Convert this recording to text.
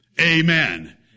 amen